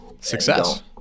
success